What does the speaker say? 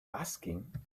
asking